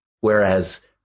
Whereas